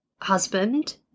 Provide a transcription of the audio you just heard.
husband